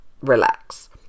relax